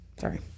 Sorry